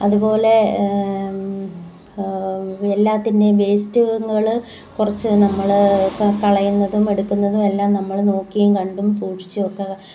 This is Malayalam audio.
അതുപോലെ എല്ലാത്തിൻറെയും വേസ്റ്റുകൾ കുറച്ച് നമ്മൾ കളയുന്നതും എടുക്കുന്നതും എല്ലാം നമ്മൾ നോക്കിയും കണ്ടും സൂക്ഷിച്ച് ഒക്കെ